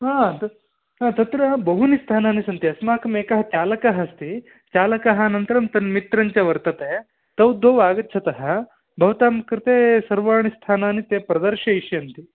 तत् तत्र बहूनि स्थानानि सन्ति अस्माकम् एकः चालकः अस्ति चालकः अनन्तरं तन्मित्रं च वर्तते तौ द्वौ आगच्छतः भवतां कृते सर्वाणि स्थानानि ते प्रदर्शयिष्यन्ति